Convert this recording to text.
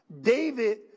David